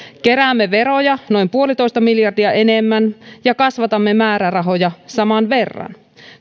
keräämme veroja noin yksi pilkku viisi miljardia enemmän ja kasvatamme määrärahoja saman verran